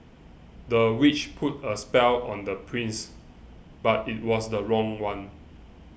the witch put a spell on the prince but it was the wrong one